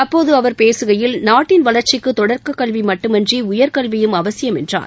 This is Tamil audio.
அப்போது அவர் பேசுகையில் நாட்டின் வளர்ச்சிக்கு தொடக்க கல்வி மட்டுமின்றி உயர்கல்வியும் அவசியம் என்றார்